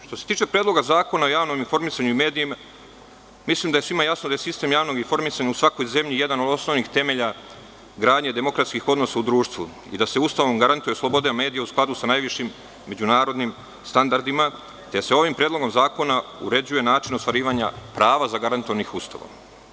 Što se tiče Predloga zakona o javnom informisanju i medijima, mislim da je svima jasno da je sistem javnog informisanja u svakoj zemlji jedan od osnovnih temelja gradnje demokratskih odnosa u društvu i da se Ustavom garantuje sloboda medija u skladu sa najvišim međunarodnim standardima, te se ovim predlogom zakona uređuje način ostvarivanja prava zagarantovanih Ustavom.